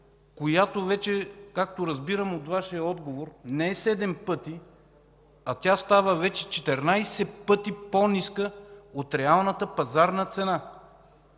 която вече, както разбирам от Вашия отговор, не е 7 пъти, а става 14 пъти по-ниска от реалната пазарна цена?